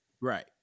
Right